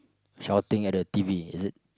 shouting at the t_v is it